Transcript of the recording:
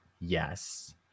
yes